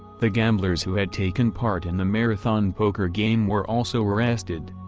the gamblers who had taken part in the marathon poker game were also arrested.